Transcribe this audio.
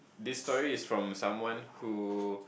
this story is from someone who